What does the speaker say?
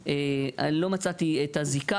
לא,